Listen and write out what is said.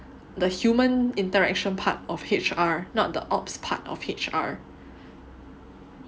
the human interaction part of H_R not the ops part of H_R